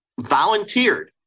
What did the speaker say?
volunteered